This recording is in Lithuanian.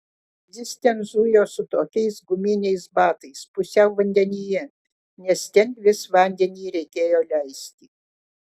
jis ten zujo su tokiais guminiais batais pusiau vandenyje nes ten vis vandenį reikėjo leisti